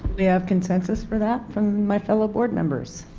we have consensus for that from my fellow board members?